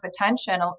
attention